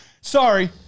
Sorry